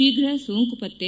ಶೀಘ್ರ ಸೋಂಕು ಪತ್ತೆ